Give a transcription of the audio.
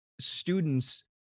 students